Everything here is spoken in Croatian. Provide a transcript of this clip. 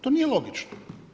To nije logično.